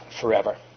forever